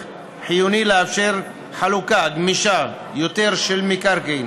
חיוני לאפשר חלוקה גמישה יותר של מקרקעין,